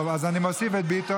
טוב, אז אני מוסיף את ביטון.